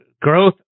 Growth